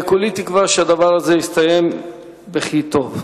כולי תקווה שהדבר הזה יסתיים בכי טוב.